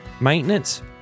maintenance